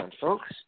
Folks